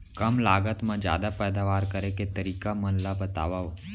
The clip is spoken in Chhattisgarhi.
कम लागत मा जादा पैदावार करे के तरीका मन ला बतावव?